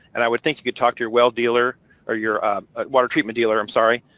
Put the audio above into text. and i would think you could talk to your well dealer or your water treatment dealer, i'm sorry,